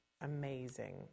amazing